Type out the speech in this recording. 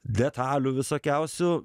detalių visokiausių